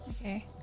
Okay